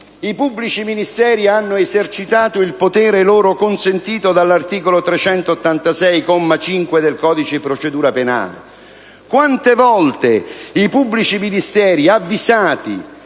i pubblici ministeri hanno esercitato il potere loro consentito dall'articolo 386, comma 5, del codice di procedura penale? Quante volte i pubblici ministeri avvisati